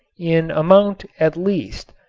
in amount at least,